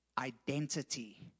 identity